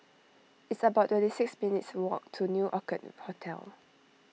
it's about twenty six minutes' walk to New Orchid Hotel